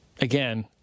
again